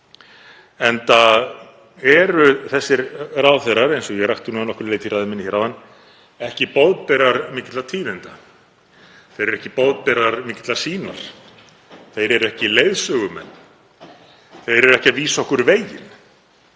enda eru þessir ráðherrar, eins og ég rakti að nokkru leyti í ræðu minni áðan, ekki boðberar mikilla tíðinda. Þeir eru ekki boðberar mikillar sýnar, þeir eru ekki leiðsögumenn, þeir eru ekki að vísa okkur veginn.